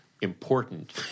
important